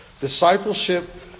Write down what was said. Discipleship